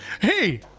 Hey